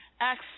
Acts